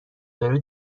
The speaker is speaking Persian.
داره